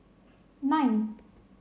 nine